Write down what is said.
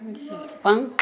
पँख